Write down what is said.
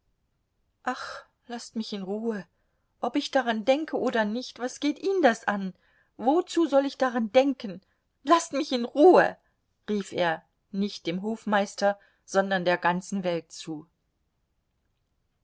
ach laßt mich in ruhe ob ich daran denke oder nicht was geht ihn das an wozu soll ich daran denken laßt mich in ruhe rief er nicht dem hofmeister sondern der ganzen welt zu